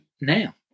now